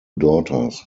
daughters